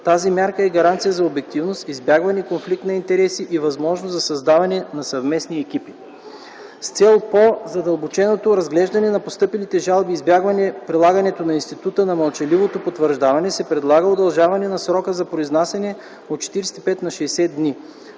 Тази мярка е гаранция за обективност, избягване конфликт на интереси и възможност за създаването на съвместни екипи. С цел по-задълбоченото разглеждане на постъпилите жалби и избягване прилагането на института на мълчаливото потвърждаване, се предлага удължаване на срока за произнасяне от 45 на 60 дни.